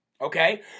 okay